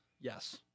Yes